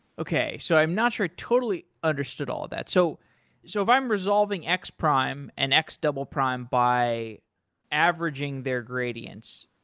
okay. so i'm not sure i totally understood all of that. so so if i'm resolving x prime and x double prime by averaging their gradients,